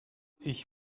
ich